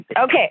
Okay